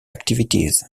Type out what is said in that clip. activities